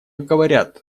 говорят